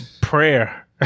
prayer